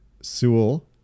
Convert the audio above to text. Sewell